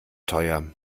teuer